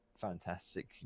fantastic